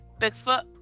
Bigfoot